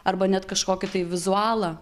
arba net kažkokį tai vizualą